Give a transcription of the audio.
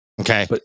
Okay